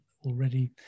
already